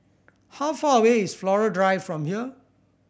how far away is Flora Drive from here